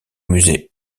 musée